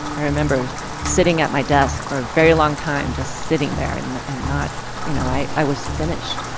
i remember sitting at my desk for a very long time, just sitting there, and and not you know, i i was finished.